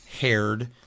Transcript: haired